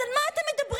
אז על מה אתם מדברים,